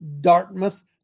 Dartmouth